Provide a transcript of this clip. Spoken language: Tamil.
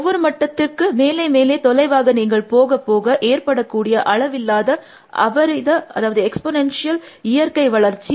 ஒவ்வொரு மட்டத்திற்கு மேலே மேலே தொலைவாக நீங்கள் போக போக ஏற்படக்கூடிய அளவில்லாத அபரித இயற்கை வளர்ச்சி